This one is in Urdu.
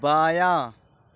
بایاں